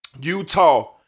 Utah